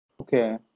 Okay